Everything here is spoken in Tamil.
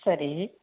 சரி